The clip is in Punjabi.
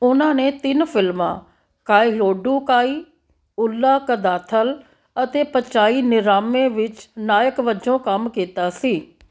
ਉਨ੍ਹਾਂ ਨੇ ਤਿੰਨ ਫਿਲਮਾਂ ਕਾਇਯੋਡੂ ਕਾਈ ਉੱਲਾ ਕਦਾਥਲ ਅਤੇ ਪਚਾਈ ਨਿਰਾਮੇ ਵਿੱਚ ਨਾਇਕ ਵਜੋਂ ਕੰਮ ਕੀਤਾ ਸੀ